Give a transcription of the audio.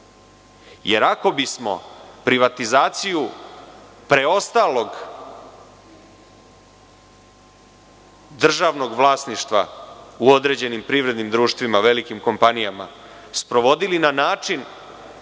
to. Ako bismo privatizaciju preostalog državnog vlasništva u određenim privrednim društvima, velikim kompanijama sprovodili na način